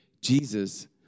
Jesus